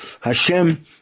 Hashem